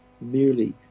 merely